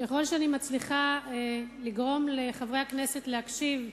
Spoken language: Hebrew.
ככל שאני מצליחה לגרום לחברי הכנסת להקשיב לי.